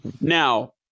now